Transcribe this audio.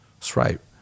Stripe